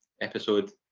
episode